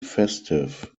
festive